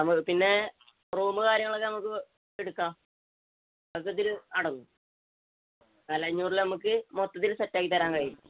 പിന്നെ റൂമും കാര്യങ്ങളുമൊക്കെ നമുക്ക് എടുക്കാം ഒക്കെ ഇതിലടങ്ങും നാല് അഞ്ഞൂറില് നമുക്ക് മൊത്തത്തിൽ സെറ്റാക്കിത്തരാൻ കഴിയും